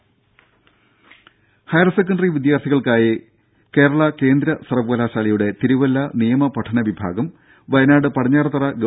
ദേദ ഹയർസെക്കണ്ടറി വിദ്യാർത്ഥികൾക്കായി കേരള കേന്ദ്ര സർവകലാശാലയുടെ തിരുവല്ല നിയമ പഠനവിഭാഗം വയനാട് പടിഞ്ഞാറത്തറ ഗവ